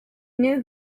knew